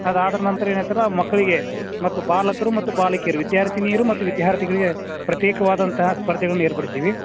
ಅದು ಆದ್ ನಂತರ ಏನು ಐತರ ಮಕ್ಕಳಿಗೆ ಮತ್ತು ಬಾಲಕರು ಮತ್ತು ಬಾಲಕಿಯರು ವಿದ್ಯಾರ್ಥಿನಿಯರು ಮತ್ತು ವಿದ್ಯಾರ್ಥಿಗಳಿಗೆ ಪ್ರತೇಕವಾದಂತಹ ಸ್ಪರ್ಧೆಗಳ್ನ ಏರ್ಪಡಿಸೀವಿ